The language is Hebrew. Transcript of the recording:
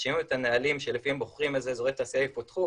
אז שינינו את הנהלים שלפיהם בוחרים איזה אזורי תעשייה יפותחו,